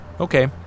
Okay